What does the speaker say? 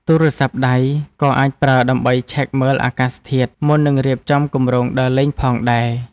ទូរស័ព្ទដៃ ក៏អាចប្រើដើម្បីឆែកមើលអាកាសធាតុ មុននឹងរៀបចំគម្រោងដើរលេងផងដែរ។